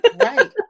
Right